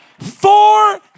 Four